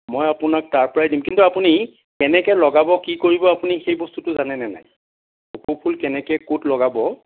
মই আপোনাক তাৰ পৰাই দিম কিন্তু আপুনি কেনেকৈ লগাব কি কৰিব আপুনি সেই বস্তুটো জানেনে নাই কপৌফুল কেনেকৈ ক'ত লগাব